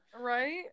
Right